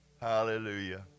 hallelujah